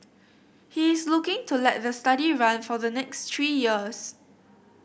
he is looking to let the study run for the next three years